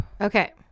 Okay